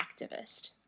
activist